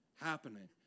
happening